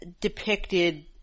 depicted